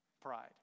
Pride